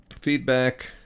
feedback